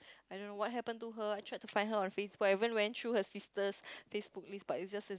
I don't know what happened to her I tried to find her Facebook I even went through her sister's Facebook list but it's just as